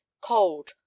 cold